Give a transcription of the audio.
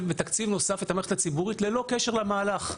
בתקציב נוסף את המערכת הציבורית ללא קשר למהלך,